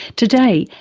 today,